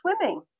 swimming